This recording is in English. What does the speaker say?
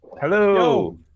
Hello